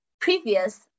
previous